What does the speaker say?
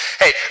Hey